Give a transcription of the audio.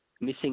missing